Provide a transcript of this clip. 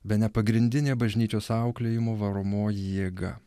bene pagrindinė bažnyčios auklėjimo varomoji jėga